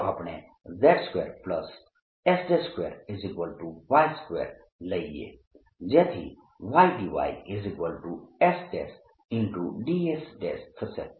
ચાલો આપણે z2s2Y2 લઇએ જેથી YdYsds થશે